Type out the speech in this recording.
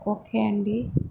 okay అండి